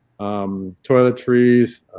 toiletries